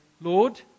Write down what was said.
Lord